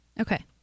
Okay